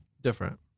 Different